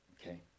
Okay